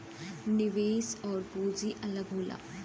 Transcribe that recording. निवेश आउर पूंजी अलग होला